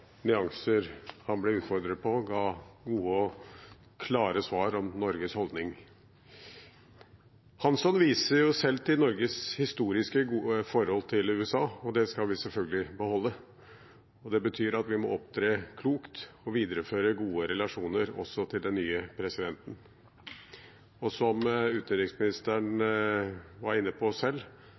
nyanser han ble utfordret på, ga gode og klare svar om Norges holdning. Hansson viser selv til Norges historiske forhold til USA – og det skal vi selvfølgelig beholde. Det betyr at vi må opptre klokt og videreføre gode relasjoner også til den nye presidenten. Og som utenriksministeren var inne på selv,